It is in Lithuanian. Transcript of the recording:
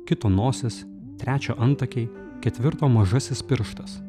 kito nosis trečio antakiai ketvirto mažasis pirštas